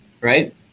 right